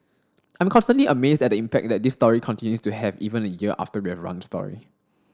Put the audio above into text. I'm constantly amazed at the impact that this story continues to have even a year after we've run the story